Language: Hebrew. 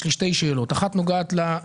יש לי שתי שאלות: אחת נוגעת לסכומים.